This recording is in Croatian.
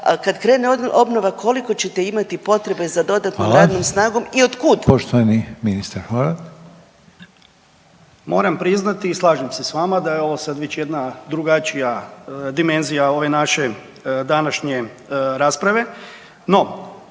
kad krene obnova, koliko ćete imati potrebe za dodatnom radnom snagom i od kud? **Reiner, Željko (HDZ)** Hvala. Poštovani ministar Horvat. **Horvat, Darko (HDZ)** Moram priznati i slažem se s vama da je ovo sad već jedna drugačija dimenzija ove naše današnje rasprave.